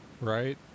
right